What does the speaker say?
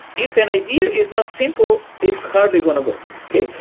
if an idea is not simple, it's hardly going to work, okay?